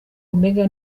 omega